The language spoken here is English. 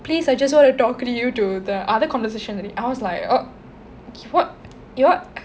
please I just want to talk to you to the other conversation that he I was like oh wh~ what